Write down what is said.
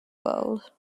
world